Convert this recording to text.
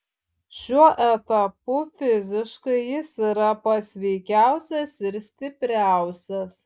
šiuo etapu fiziškai jis yra pats sveikiausias ir stipriausias